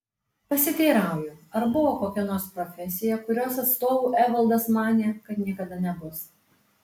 pasiteirauju ar buvo kokia nors profesija kurios atstovu evaldas manė kad niekada nebus